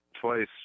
twice